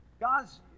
guys